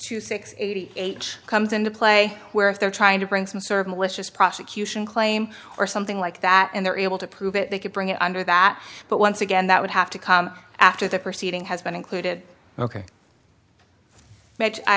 to sixty eight comes into play where if they're trying to bring some sort of malicious prosecution claim or something like that and they're able to prove it they could bring it under that but once again that would have to come after the proceeding has been included ok